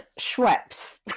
Schweppes